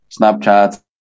Snapchat